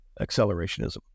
accelerationism